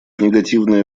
негативное